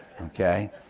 okay